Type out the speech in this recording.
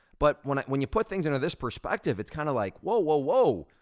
but when when you put things into this perspective, it's kinda like, whoa, whoa, whoa,